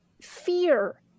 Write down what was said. Fear